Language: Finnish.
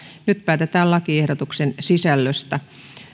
nyt päätetään lakiehdotuksen sisällöstä